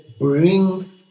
bring